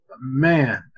Man